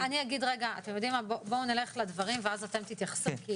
רגע, בואו נלך לדברים ואז אתם תתייחסו.